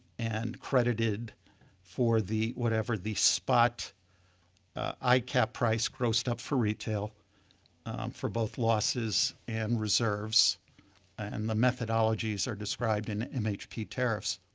and credited for the whatever the spot icap price grossed up for retail for both losses and reserves and the methodologies are described in mhp tariffs